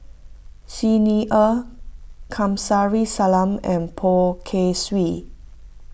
Xi Ni Er Kamsari Salam and Poh Kay Swee